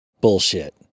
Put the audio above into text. bullshit